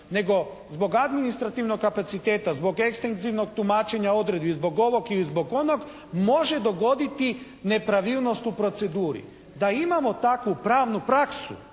nego zbog administrativnog kapaciteta, zbog ekstenzivnog tumačenja odredbi, zbog ovog ili zbog onog može dogoditi nepravilnost u proceduri. Da imamo takvu pravnu praksu,